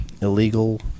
illegal